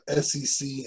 SEC